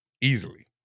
Easily